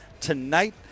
tonight